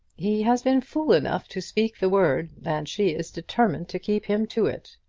he has been fool enough to speak the word, and she is determined to keep him to it,